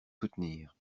soutenir